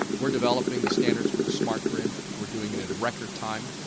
we're developing the standards for the smart grid. we're doing it in record time.